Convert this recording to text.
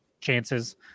chances